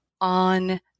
on